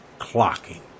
clocking